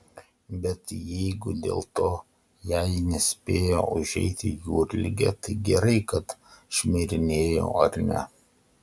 bet jeigu dėl to jai nespėjo užeiti jūrligė tai gerai kad šmirinėjau ar ne